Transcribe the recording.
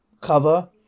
cover